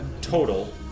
total